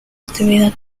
actividad